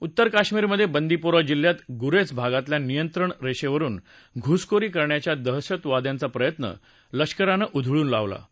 उत्तर कश्मीरमधे बांदिपोरा जिल्ह्यात गुरेझ भागातल्या नियंत्रण रेषेवरुन घ्सखोरी करण्याचा दहशतवाद्यांचा प्रयत्न लष्करानं उधळून लावला आहे